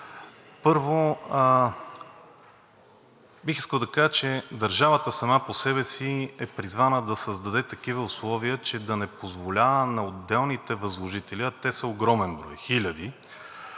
Първо, бих искал да кажа, че държавата сама по себе си е призвана да създаде такива условия, че да не позволява на отделните възложители, а те са огромен брой – хиляди,